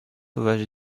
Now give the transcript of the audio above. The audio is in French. sauvage